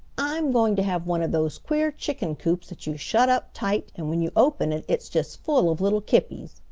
i'm going to have one of those queer chicken coops that you shut up tight and when you open it it's just full of little kippies.